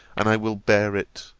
and i will bear it